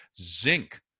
zinc